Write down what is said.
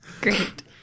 Great